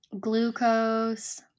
Glucose